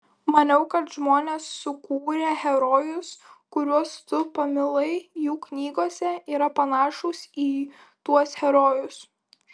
maniau kad žmonės sukūrę herojus kuriuos tu pamilai jų knygose yra panašūs į tuos herojus